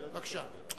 בבקשה.